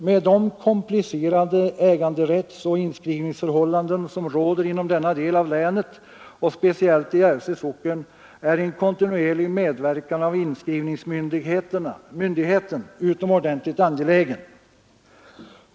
Med de komplicerade äganderättsoch inskrivningsförhållanden som råder i denna del av länet, speciellt i Järvsö socken, är en kontinuerlig medverkan av inskrivningsmyndigheten utomordentligt angelägen.